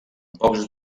pocs